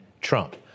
Trump